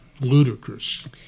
ludicrous